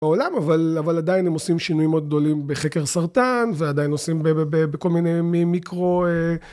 בעולם, אבל, אבל עדיין הם עושים שינויים מאוד גדולים בחקר סרטן ועדיין עושים בכל מיני מיקרו